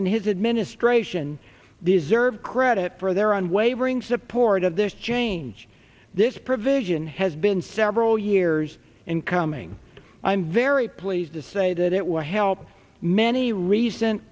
and his administration deserve credit for their unwavering support of this change this provision has been several years in coming i'm very pleased to say that it will help many recent